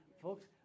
Folks